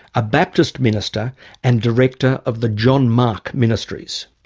a baptist minister and director of the john mark ministries.